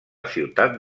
ciutat